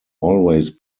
always